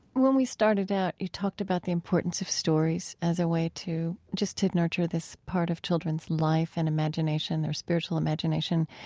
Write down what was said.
when we started out, you talked about the importance of stories as a way to just to nurture this part of children's life and imagination, their spiritual imagination.